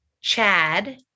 Chad